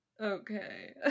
Okay